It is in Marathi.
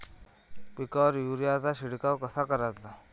पिकावर युरीया चा शिडकाव कसा कराचा?